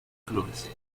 clubes